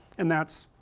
and that's,